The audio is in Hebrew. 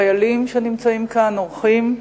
חיילים שנמצאים כאן, אורחים,